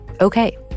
okay